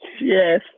yes